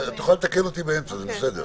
את יכולה לתקן אותי באמצע, זה בסדר.